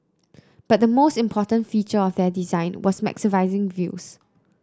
but the most important feature of their design was maximising views